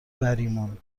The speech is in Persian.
بریمون